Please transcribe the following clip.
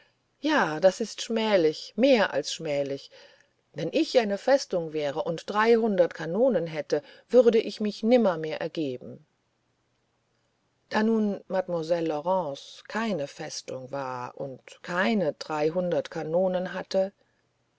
ja das ist schmählich mehr als schmählich wenn ich eine festung wäre und dreihundert kanonen hätte würde ich mich nimmermehr ergeben da nun mademoiselle laurence keine festung war und keine dreihundert kanonen hatte